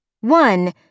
One